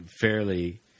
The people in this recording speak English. fairly